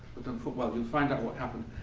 but unfor well, you'll find out what happened.